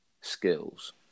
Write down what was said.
skills